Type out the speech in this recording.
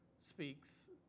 speaks